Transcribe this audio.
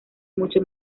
mucho